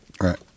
Right